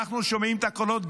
אנחנו שומעים את הקולות,